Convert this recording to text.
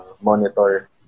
monitor